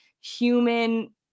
human